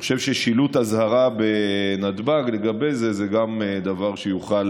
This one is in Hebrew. אני חושב ששילוט אזהרה בנתב"ג לגבי זה הוא גם דבר שיוכל